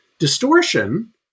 Distortion